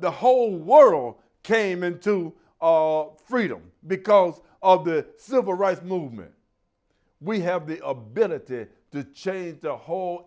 the whole world came into of freedom because of the civil rights movement we have the ability to change the whole